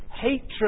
hatred